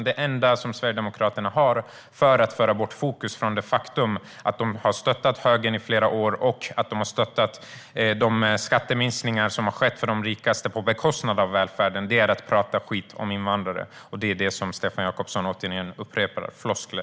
Det enda som Sverigedemokraterna gör för att föra bort fokus från det faktum att de har stöttat högern i flera år och de skatteminskningar som har skett för de rikaste på bekostnad av välfärden är att prata skit om invandrare. Det är det som Stefan Jakobsson upprepar här: floskler.